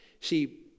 See